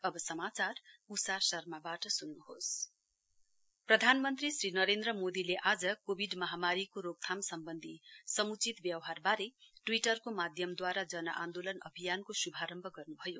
P M Covid प्रधानमन्त्री श्री नरेन्द्र मोदीले आज कोविड महामारीको रोकथाम सम्बन्धीन सम्चित व्यवहारको ट्वीटरको माध्यमद्वारा जन आन्दोलन अभियानको श्भारम्भ गर्न् भयो